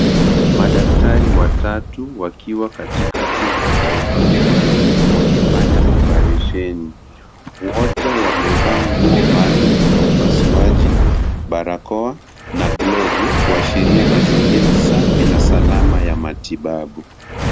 Madaktari watatu wakiwa katika chumba cha upasuaji wakifanya oparesheni. Wote wamevaa nguo maalum za upasuaji, barakoa na glovu, kuashiria mazingira safi na salama ya matibabu.